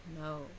no